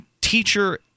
teacher